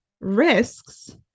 risks